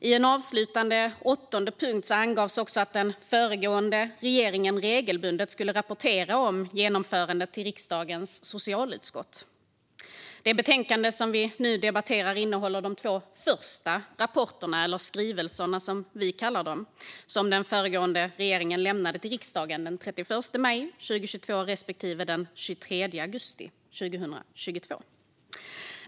I en avslutande åttonde punkt angavs att den förra regeringen regelbundet skulle rapportera om genomförandet till riksdagens socialutskott. Det betänkande vi nu debatterar innehåller de två första rapporterna, eller skrivelserna som vi kallar dem, vilka den förra regeringen lämnade till riksdagen den 31 maj 2022 respektive den 23 augusti 2022.